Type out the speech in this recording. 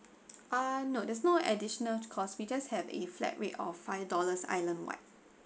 uh no there's no additional costs we just have a flat rate of five dollars island wide